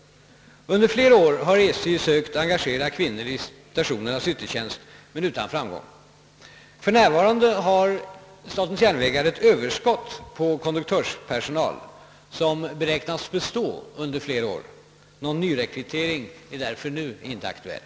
Under flera år har SJ sökt engagera kvinnor 1 stationernas yttertjänst men utan framgång. F.n. har SJ ett överskott på konduktörspersonal som beräknas bestå under flera år. Någon nyrekrytering är därför inte nu aktuell.